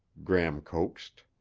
gram coaxed.